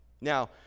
Now